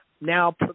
now